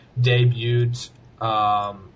debuted